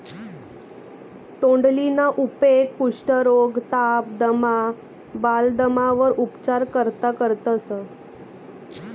तोंडलीना उपेग कुष्ठरोग, ताप, दमा, बालदमावर उपचार करता करतंस